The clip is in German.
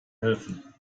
helfen